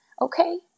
okay